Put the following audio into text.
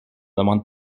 demande